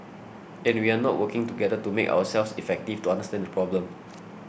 and we are not working together to make ourselves effective to understand the problem